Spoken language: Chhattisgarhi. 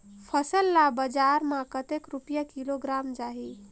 फसल ला बजार मां कतेक रुपिया किलोग्राम जाही?